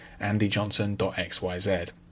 andyjohnson.xyz